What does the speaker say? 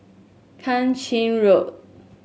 Kang Ching Road